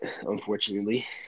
unfortunately